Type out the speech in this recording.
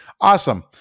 Awesome